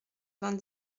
vingt